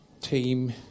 team